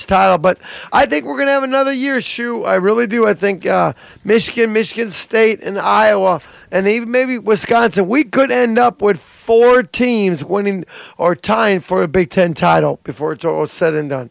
title but i think we're going to have another year shoe i really do i think michigan michigan state and iowa and even maybe wisconsin we could end up with four teams winning or time for a big ten title before it's all said and done